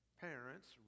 parents